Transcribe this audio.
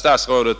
Statsrådet